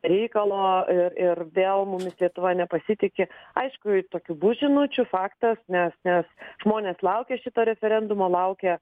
reikalo ir ir vėl mumis lietuva nepasitiki aišku tokių bus žinučių faktas nes nes žmonės laukia šito referendumo laukia